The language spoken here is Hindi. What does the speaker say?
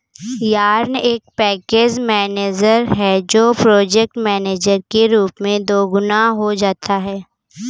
यार्न एक पैकेज मैनेजर है जो प्रोजेक्ट मैनेजर के रूप में दोगुना हो जाता है